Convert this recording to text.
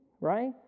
right